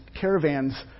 caravans